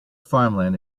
farmland